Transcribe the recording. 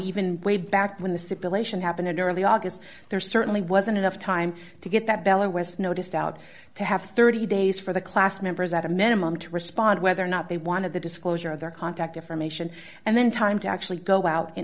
even way back when the sybil ation happened in early august there certainly wasn't enough time to get that vello west noticed out to have thirty days for the class members at a minimum to respond whether or not they wanted the disclosure of their contact information and then time to actually go out and